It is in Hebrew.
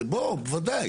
בוודאי.